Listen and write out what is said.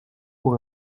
pour